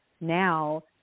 Now